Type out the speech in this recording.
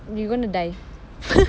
you gonna die